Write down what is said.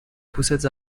پوستت